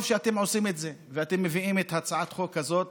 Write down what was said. טוב שאתם עושים את זה ואתם מביאים את הצעת החוק הזאת